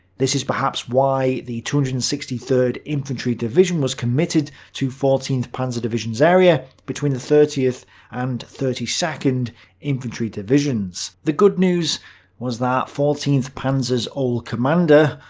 this is perhaps why the two hundred and sixty third infantry division was committed to fourteenth panzer division's area between the thirtieth and thirty second infantry divisions. the good news was that fourteenth panzer's old commander,